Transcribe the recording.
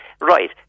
Right